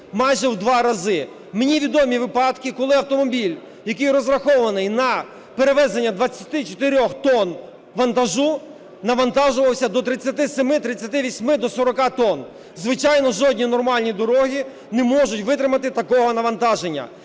майже в два рази. Мені відомі випадки, коли автомобіль, який розрахований на перевезення 24 тонн вантажу, навантажувався до 37-38, до 40 тонн. Звичайно, жодні нормальні дороги не можуть витримати такого навантаження.